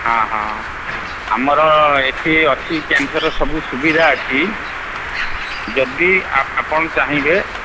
ହଁ ହଁ ଆମର ଏଠି ଅଛି କ୍ୟାନ୍ସରର ସବୁ ସୁବିଧା ଅଛି ଯଦି ଆପଣ ଚାହିଁବେ